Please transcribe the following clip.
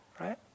Right